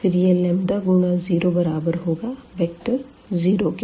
फिर यह लंबदा गुणा 0 बराबर होगा वेक्टर 0 के